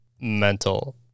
mental